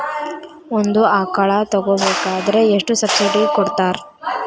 ಒಂದು ಆಕಳ ತಗೋಬೇಕಾದ್ರೆ ಎಷ್ಟು ಸಬ್ಸಿಡಿ ಕೊಡ್ತಾರ್?